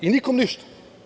I nikom ništa.